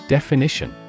Definition